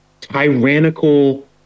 tyrannical